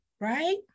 right